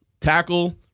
Tackle